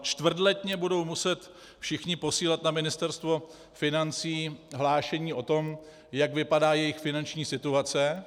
Čtvrtletně budou muset všichni posílat na Ministerstvo financí hlášení o tom, jak vypadá jejich finanční situace.